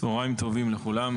צוהריים טובים לכולם,